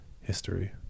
history